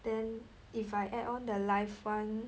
then if I add on the life one